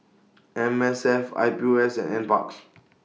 M S F I P O S and NParks